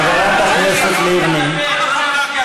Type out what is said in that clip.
חברת הכנסת לבני.